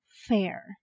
fair